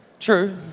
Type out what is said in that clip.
True